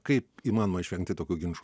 kaip įmanoma išvengti tokių ginčų